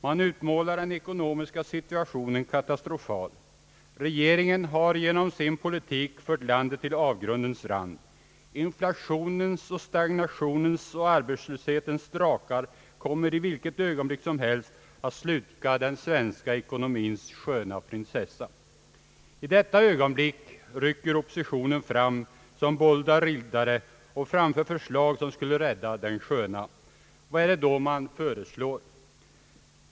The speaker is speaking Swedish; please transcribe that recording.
Man utmålar den ekonomiska situationen som katastrofal. Regeringen har genom sin politik fört landet till avgrundens rand; inflationens, stagnationens och arbetslöshetens drakar kommer i vilket ögonblick som helst att sluka den svenska ekonomins sköna prinsessa. I detta ögonblick rycker oppositionen fram som bålda riddare och framför förslag som skulle rädda den sköna. Vad är det då man föreslår?